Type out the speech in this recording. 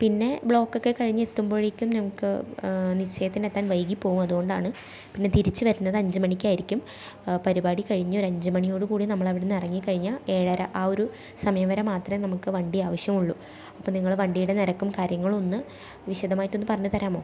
പിന്നെ ബ്ലോക്ക് ഒക്കെ കഴിഞ്ഞ് എത്തുമ്പോഴേക്കും ഞങ്ങൾക്ക് നിശ്ചയത്തിനെത്താൻ വൈകിപ്പോവും അത് കൊണ്ടാണ് പിന്നെ തിരിച്ച് വരുന്നത് അഞ്ച് മണിക്കായിരിക്കും പരിപാടി കഴിഞ്ഞ് ഒരു അഞ്ച് മണിയോടു കൂടി നമ്മളവിടുന്ന് ഇറങ്ങി കഴിഞ്ഞാൽ ഏഴര ആ ഒരു സമയം വരെ മാത്രമെ നമുക്ക് വണ്ടി ആവശ്യമുള്ളു അപ്പം നിങ്ങൾ വണ്ടിയുടെ നിരക്കും കാര്യങ്ങളും ഒന്ന് വിശദമായിട്ട് ഒന്ന് പറഞ്ഞ് തരാമോ